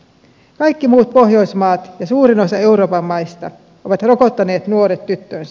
kaikki muut pohjoismaat ja suurin osa euroopan maista ovat rokottaneet nuoret tyttönsä